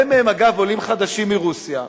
הרבה מהם עולים חדשים מרוסיה,